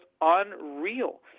unreal